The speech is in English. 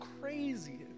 crazy